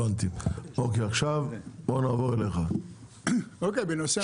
בוא נעבור אליך, בבקשה.